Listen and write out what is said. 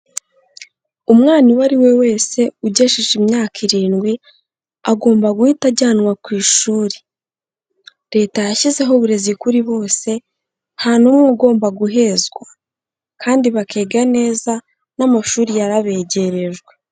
Umwana uwo ari we wese ugejeje imyaka irindwi, agomba guhita ajyanwa ku ishuri, leta yashyizeho uburezi kuri bose, nta n'umwe ugomba guhezwa kandi bakiga neza n'amashuri yarabegerejwe.